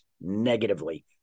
negatively